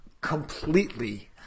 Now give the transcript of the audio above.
completely